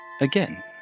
again